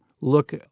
look